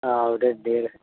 అవునండి